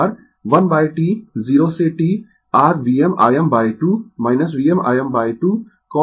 तो p r 1T 0 से T rVmIm2 VmIm2 cos2ω t dt